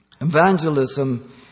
Evangelism